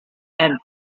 and